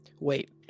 Wait